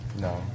No